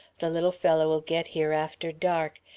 the little fellow'll get here after dark.